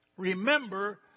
remember